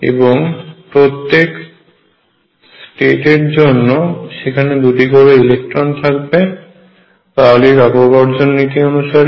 এবং প্রত্যেক স্টেট এর জন্য সেখানে দুটি করে ইলেকট্রন থাকবে পাউলির অপবর্জন নীতি অনুসারে